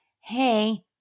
hey